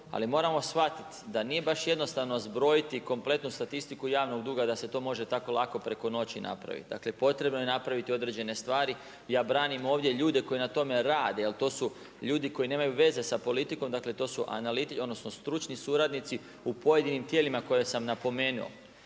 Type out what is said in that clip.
Ali moramo shvatiti da nije baš jednostavno zbrojiti kompletnu statistiku javnog duga da se to može tako lako preko noći napraviti. Dakle potrebno je napraviti određene stvari ja branim ovdje ljude koji na tome rade jer to su ljudi koji nemaju veze sa politikom, dakle to su stručni suradnici u pojedinim tijelima koja sam napomenuo.